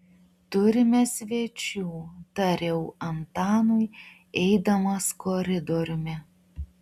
turime svečių tariau antanui eidamas koridoriumi